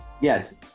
Yes